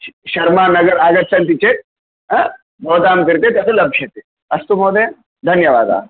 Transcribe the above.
शर्मानगर् आगच्छन्ति चेत् भवतां कृते तत् लभ्यते अस्तु महोदय धन्यवादाः